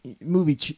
Movie